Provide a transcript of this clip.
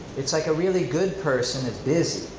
it's like a really good person is busy.